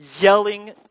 yelling